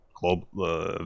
global